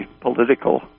political